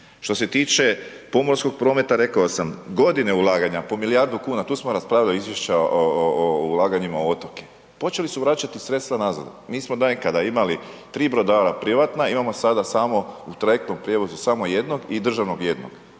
Što se tiče pomorskog prometa rekao sam, godine ulaganja po milijardu kuna, tu smo raspravili izvješća o, o, o ulaganjima u otoke, počeli su vraćati sredstva nazad, mi smo nekada imali 3 brodara privatna, imamo sada samo u trajektnom prijevozu samo jednog i državnog jednog